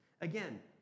Again